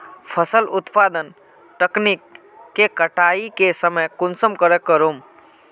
फसल उत्पादन तकनीक के कटाई के समय कुंसम करे करूम?